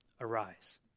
arise